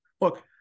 Look